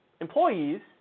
employees